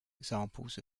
examples